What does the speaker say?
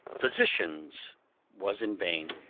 phisicians was in vain,